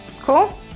cool